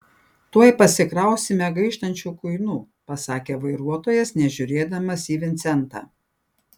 tuoj pasikrausime gaištančių kuinų pasakė vairuotojas nežiūrėdamas į vincentą